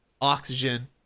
oxygen